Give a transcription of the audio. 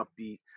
upbeat